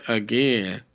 again